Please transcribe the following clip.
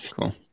Cool